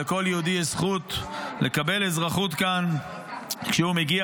לכל יהודי יש זכות לקבל אזרחות כאן כשהוא מגיע,